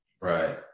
Right